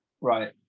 Right